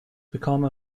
become